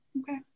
Okay